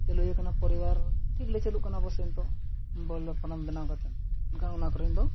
ᱪᱟᱹᱞᱩ ᱦᱩᱭ ᱟᱠᱟᱱᱟ ᱯᱚᱨᱤᱵᱟᱨ ᱴᱷᱤᱠ ᱜᱮᱞᱮ ᱪᱟᱹᱞᱩᱜ ᱠᱟᱱᱟ ᱚᱵᱳᱥᱥᱚ ᱱᱤᱛᱳᱜ ᱵᱚᱭᱞᱟᱨᱯᱷᱟᱨᱟᱢ ᱵᱮᱱᱟᱣ ᱠᱟᱛᱮᱫ ᱢᱮᱱᱠᱷᱟᱱ ᱚᱱᱟ ᱠᱚᱨᱮᱱ ᱫᱚ